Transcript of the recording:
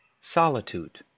Solitude